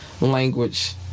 language